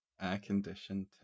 Air-conditioned